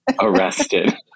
arrested